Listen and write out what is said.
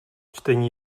čtení